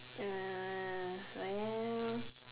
uh but ya